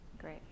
Great